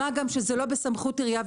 מה גם שזה לא בסמכות עירייה.